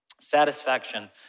Satisfaction